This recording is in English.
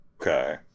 Okay